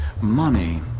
Money